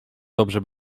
dobrze